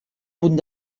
punt